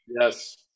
Yes